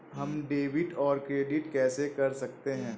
हम डेबिटऔर क्रेडिट कैसे कर सकते हैं?